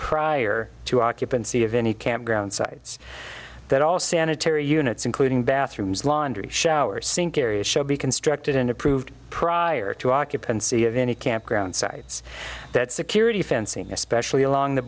prior to occupancy of any campground sites that all sanitary units including bathrooms laundry showers sink areas should be constructed and approved prior to occupancy of any campground sites that security fencing especially along the